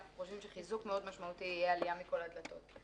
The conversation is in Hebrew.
אנחנו חושבים שחיזוק מאוד משמעותי יהיה עלייה מכל הדלתות.